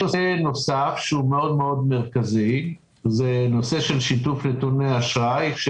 יש נושא נוסף מאוד מאוד מרכזי: שיתוף נתוני אשראי.